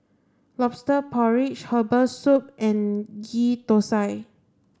lobster porridge herbal soup and ghee Thosai